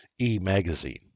e-magazine